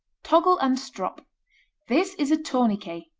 toggle and strop this is a tourniquet.